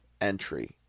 entry